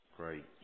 great